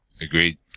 Agreed